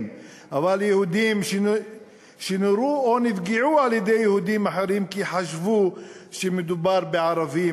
אבל יהודים שנורו או נפגעו על-ידי יהודים אחרים כי חשבו שמדובר בערבים,